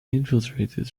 infiltrated